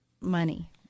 money